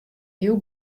heel